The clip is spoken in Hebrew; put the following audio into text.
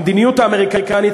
המדיניות האמריקנית,